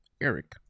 Eric